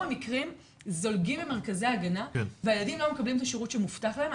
המקרים זולגים ממרכזי ההגנה והילדים לא מקבלים את השירות שמובטח להם.